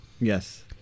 Yes